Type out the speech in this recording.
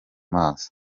maso